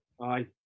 aye